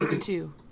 two